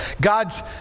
God's